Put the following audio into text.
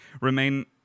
remain